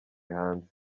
hanze